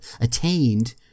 attained